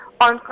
on